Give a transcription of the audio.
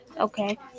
Okay